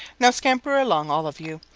now scamper along, all of you,